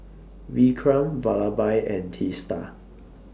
Vikram Vallabhbhai and Teesta